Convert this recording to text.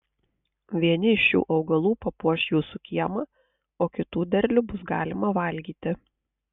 vieni iš šių augalų papuoš jūsų kiemą o kitų derlių bus galima valgyti